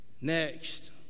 Next